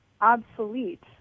obsolete